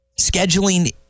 Scheduling